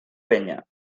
penya